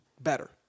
better